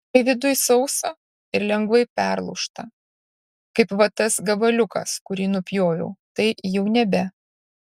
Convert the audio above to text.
kai viduj sausa ir lengvai perlūžta kaip va tas gabaliukas kurį nupjoviau tai jau nebe